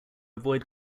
avoid